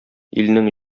илнең